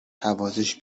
حواسش